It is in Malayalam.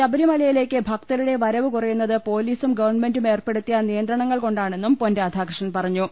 ശബരിമലയിലേക്ക് ഭക്തരുടെ വരവ് കുറയുന്നത് പൊലീസും ഗവൺമെന്റും ഏർപ്പെടുത്തിയ നിയന്ത്ര ണങ്ങൾകൊണ്ടാണെന്നും പൊൻരാധാകൃഷ്ണൻ പറഞ്ഞു